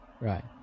right